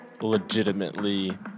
legitimately